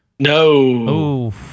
No